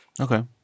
Okay